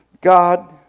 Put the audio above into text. God